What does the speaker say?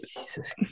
Jesus